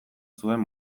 zuen